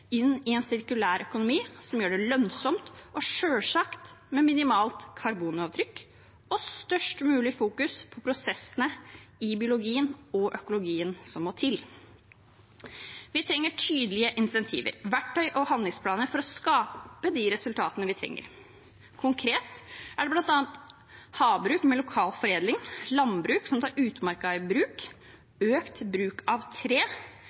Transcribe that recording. inn i en sirkulærøkonomi som gjør det lønnsomt og selvsagt med et minimalt karbonavtrykk og størst mulig oppmerksomhet på prosessene i biologien og økologien som må til. Vi trenger tydelige insentiver, verktøy og handlingsplaner for å skape de resultatene vi trenger. Konkret gjelder det bl.a. havbruk med lokal foredling, landbruk som tar utmarka i bruk, økt bruk av tre,